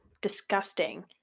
disgusting